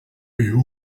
uyu